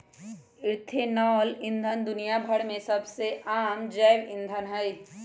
ethanol ईंधन दुनिया भर में सबसे आम जैव ईंधन हई